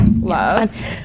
Love